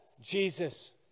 Jesus